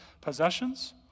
possessions